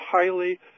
highly